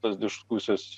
tos diskusijos